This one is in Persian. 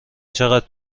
چقدر